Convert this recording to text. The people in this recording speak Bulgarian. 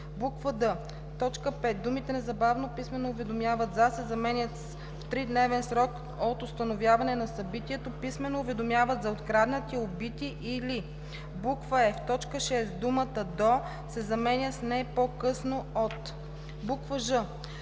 д) в т. 5 думите „незабавно писмено уведомяват за“ се заменят с „в тридневен срок от установяване на събитието писмено уведомяват за откраднати, убити или“; е) в т. 6 думата „до“ се заменя с „не по-късно от“; ж) в т.